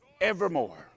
evermore